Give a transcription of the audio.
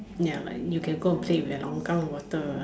ya like you can go and play with the longkang water ah